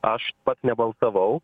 aš pats nebalsavau